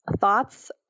thoughts